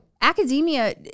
academia